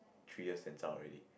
three years can zao already